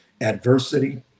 adversity